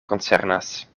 koncernas